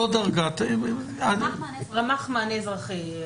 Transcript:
רמ"ח מענה אזרחי.